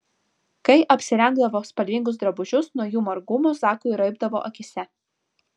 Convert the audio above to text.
kai apsirengdavo spalvingus drabužius nuo jų margumo zakui raibdavo akyse